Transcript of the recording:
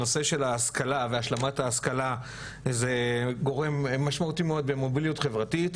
הנושא של ההשכלה והשלמת ההשכלה הוא גורם משמעותי מאוד במוביליות חברתית,